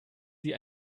sie